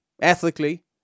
ethically